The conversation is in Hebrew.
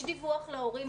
יש דיווח להורים.